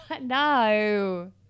No